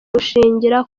gushingira